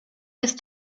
ist